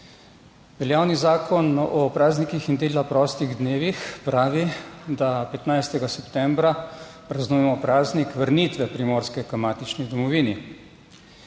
Veljavni Zakon o praznikih in dela prostih dnevih pravi, da 15. septembra praznujemo praznik vrnitve Primorske k matični domovini.